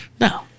No